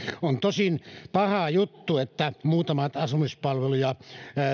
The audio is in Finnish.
on tosin paha juttu että muutamat asumispalveluja